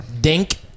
Dink